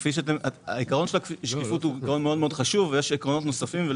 עיקרון השקיפות מאוד מאוד חשוב ויש עקרונות נוספים.